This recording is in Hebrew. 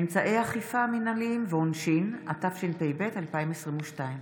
אמצעי אכיפה מינהליים ועונשין), התשפ"ב 2022,